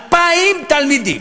2,000 תלמידים.